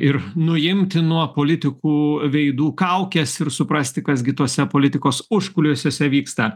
ir nuimti nuo politikų veidų kaukes ir suprasti kas gi tose politikos užkulisiuose vyksta